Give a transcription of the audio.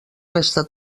resta